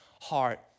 heart